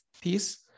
piece